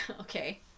Okay